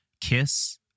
Kiss